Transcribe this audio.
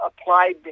applied